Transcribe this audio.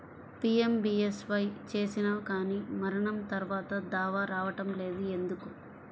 PMBSY చేసినా కానీ మరణం తర్వాత దావా రావటం లేదు ఎందుకు?